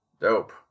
Dope